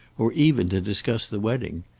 or even to discuss the wedding.